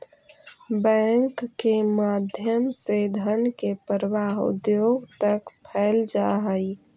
bank के माध्यम से धन के प्रवाह उद्योग तक कैल जा हइ